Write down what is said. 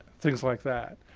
things like that.